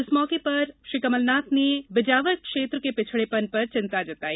इस मौके पर श्री कमलनाथ ने विजावर क्षेत्र के पिछड़ेपन पर चिंता जताई